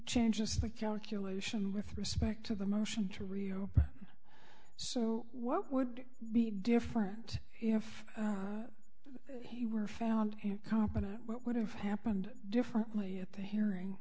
changes the calculation with respect to the motion to reopen so what would be different if he were found competent what would have happened differently at the hearing